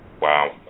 Wow